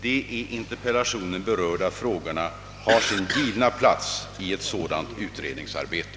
De i interpellationen berörda frågorna har sin givna plats i ett sådant utredningsarbete.